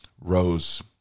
rose